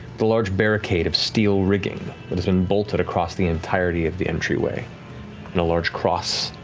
the large barricade of steel rigging that has been bolted across the entirety of the entryway in a large cross,